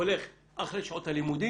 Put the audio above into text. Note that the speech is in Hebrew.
הולך אחרי שעות הלימודים,